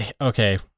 okay